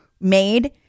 made